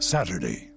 Saturday